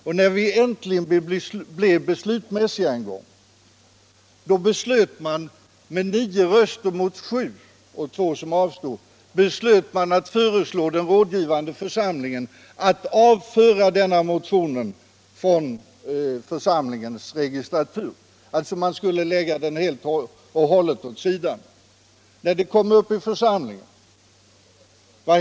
Och när vi en gång äntligen blev beslulsmässiga beslöt man med nio röster mot sju — två avstod från att rösta —- att föreslå den rådgivande församlingen att avföra motionen från församlingens registratur. Man skulle alltså helt och hållet lägga den åt sidan. Vad hände när frågan kom upp i församlingen?